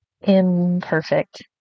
imperfect